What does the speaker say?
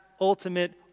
ultimate